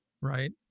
right